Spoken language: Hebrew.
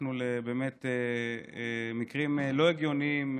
נחשפתי למקרים באמת לא הגיוניים,